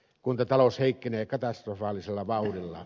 kuntatalous heikkenee katastrofaalisella vauhdilla